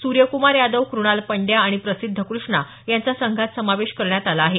सूर्यकुमार यादव कृणाल पंड्या आणि प्रसिद्ध कृष्णा यांचा संघात समावेश करण्यात आला आहे